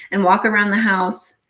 and walk around the house,